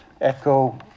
echo